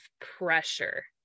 pressure